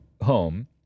home